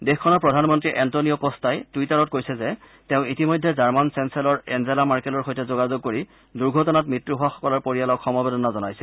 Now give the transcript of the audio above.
দেশখনৰ প্ৰধানমন্ত্ৰী এণ্টনিঅ কষঅটাই টুইটাৰত কৈছে যে তেওঁ ইতিমধ্যে জাৰ্মান চেঞ্চেলৰ এঞ্জেলা মাৰ্কেলৰ সৈতে যোগাযোগ কৰি দুৰ্ঘটনাত মৃত্যু হোৱাসকলৰ পৰিয়ালক সমবেদনা জনাইছে